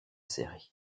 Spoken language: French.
serrés